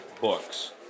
books